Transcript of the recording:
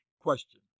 Question